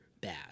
bad